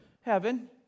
Heaven